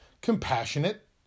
compassionate